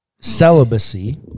Celibacy